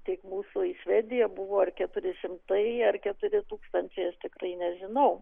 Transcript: tik mūsų į švediją buvo keturi šimtai ar keturi tūkstančiai aš tikrai nežinau